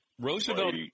Roosevelt